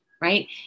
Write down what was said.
right